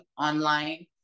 online